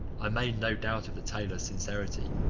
i made no doubt of the tailor's sincerity,